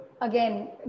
Again